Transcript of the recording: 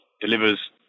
delivers